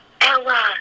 Ella